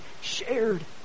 shared